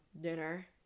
dinner